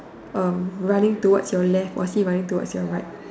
um running towards your left or is he running towards your right